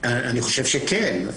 אני חושב שכן.